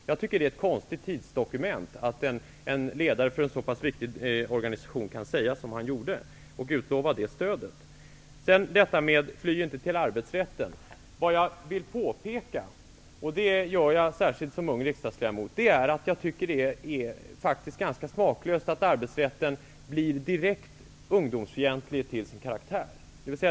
Jag tycker att det är ett konstigt tidsdokument att en ledare för en så pass viktig organisation kan säga som han gjorde och utlova det stödet. Sedan säger Georg Andersson att jag inte skall fly till arbetsrätten. Jag vill påpeka -- och det gör jag särskilt som ung riksdagsledamot -- att jag tycker att det är ganska smaklöst att arbetsrätten blir direkt ungdomsfientlig till sin karaktär.